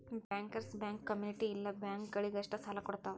bankers bank ಕ್ಮ್ಯುನಿಟ್ ಇಲ್ಲ bank ಗಳಿಗಷ್ಟ ಸಾಲಾ ಕೊಡ್ತಾವ